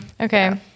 okay